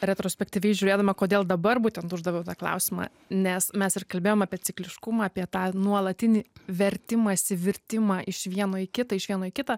retrospektyviai žiūrėdama kodėl dabar būtent uždaviau tą klausimą nes mes ir kalbėjom apie cikliškumą apie tą nuolatinį vertimąsi virtimą iš vieno į kitą iš vieno į kitą